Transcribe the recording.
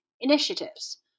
initiatives